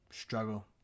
Struggle